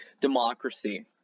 democracy